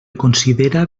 considera